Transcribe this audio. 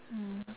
mm